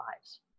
lives